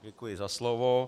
Děkuji za slovo.